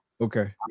Okay